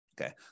Okay